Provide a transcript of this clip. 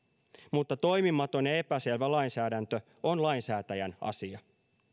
mutta toimimaton ja ja epäselvä lainsäädäntö on lainsäätäjän asia